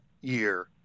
Year